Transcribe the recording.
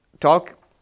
talk